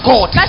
God